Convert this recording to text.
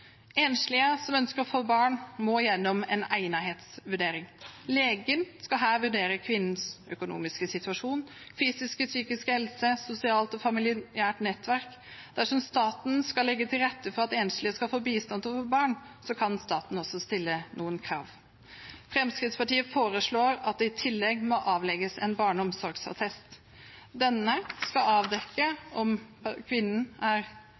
Enslige som ønsker å få barn, må gjennom en egnethetsvurdering. Legen skal her vurdere kvinnens økonomiske situasjon, fysisk og psykisk helse og sosialt og familiært nettverk, og dersom staten skal legge til rette for at enslige skal få bistand til å få barn, kan staten også stille noen krav. Fremskrittspartiet foreslår at det i tillegg må avlegges en barneomsorgsattest. Denne skal avdekke om kvinnen er